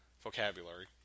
vocabulary